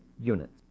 units